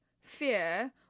fear